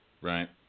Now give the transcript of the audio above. Right